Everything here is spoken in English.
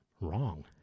wrong